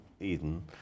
Eden